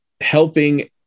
helping